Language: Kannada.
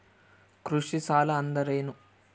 ಕೃಷಿ ಸಾಲ ಅಂದರೇನು?